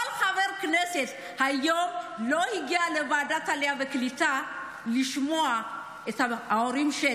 כל חבר כנסת שלא הגיע היום לוועדת העלייה והקליטה לשמוע את ההורים של